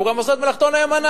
והוא גם עושה את מלאכתו נאמנה,